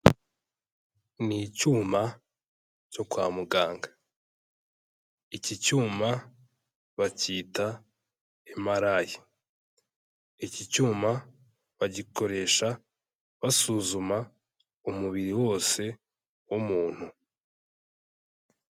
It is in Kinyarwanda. Ni icyuma cyo kwa muganga, iki cyuma bacyita MRI, iki cyuma bagikoresha basuzuma umubiri wose w'umuntu.